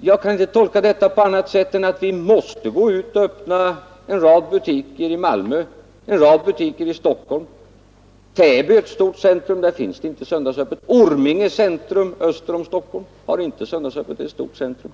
Jag kan inte tolka detta på annat sätt än att vi måste öppna en rad butiker i Malmö, i Stockholm etc. Täby är ett stort centrum. Där är det inte söndagsöppet någonstans. Orminge centrum öster om Stockholm har inte heller söndagsöppet någonstans, och det är ett stort centrum.